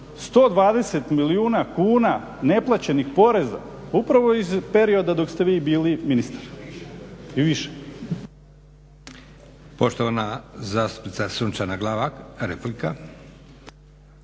120 milijuna kuna neplaćenih poreza pa upravo iz perioda dok ste vi bili ministar i više.